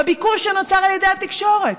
בביקוש שנוצר על ידי התקשורת.